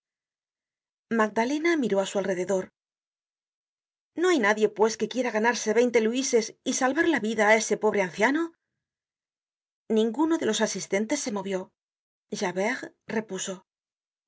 magdalena miró á su alrededor no hay nadie pues que quiera ganarse veinte luises y salvar la vida á ese pobre anciano ninguno de los asistentes se movió javert repuso